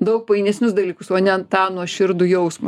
daug painesnius dalykus o ne tą nuoširdų jausmus